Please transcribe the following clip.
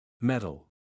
Metal